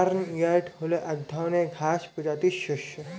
barnyard হল এক ধরনের ঘাস প্রজাতির শস্য